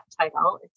title